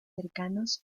cercanos